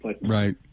Right